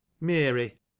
Mary